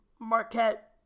Marquette